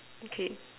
okay